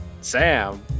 Sam